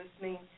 listening